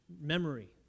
memory